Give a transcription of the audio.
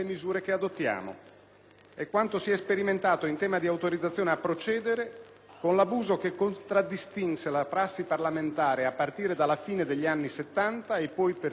È quanto si è sperimentato in tema di autorizzazione a procedere con l'abuso che contraddistinse la prassi parlamentare a partire dalla fine degli anni Settanta e poi per tutti gli anni Ottanta,